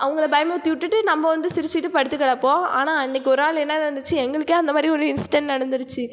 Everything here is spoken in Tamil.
அவங்களை பயமுறுத்தி விட்டுட்டு நம்ம வந்து சிரித்துட்டு படுத்துக் கிடப்போம் ஆனால் அன்றைக்கி ஒரு நாள் என்ன நடந்துச்சு எங்களுக்கே அந்த மாதிரி ஒரு இன்ஸ்டண்ட் நடந்துருச்சு